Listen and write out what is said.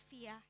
fear